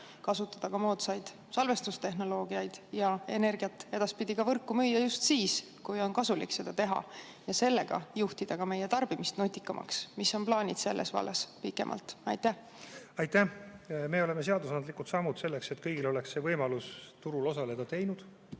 kasutada moodsaid salvestustehnoloogiaid ja energiat edaspidi ka võrku müüa just siis, kui on kasulik seda teha ja sellega juhtida meie tarbimist nutikamaks. Mis on plaanid selles vallas pikemalt? Aitäh! Me oleme seadusandlikud sammud selleks, et kõigil oleks võimalus turul osaleda, teinud.